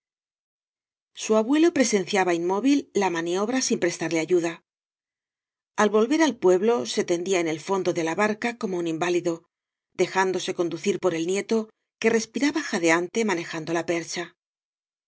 su abuelo presenciaba inmóvil la maniobra sin prestarle ayuda al volver al pueblo se tendía en el fondo de la barca como un inválido dejándose conducir por el nieto que respiraba jadeante manejando la percha